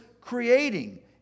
creating